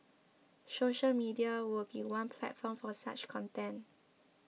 social media would be one platform for such content